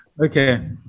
Okay